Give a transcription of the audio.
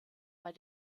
bei